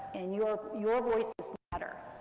and you're, your voices matter,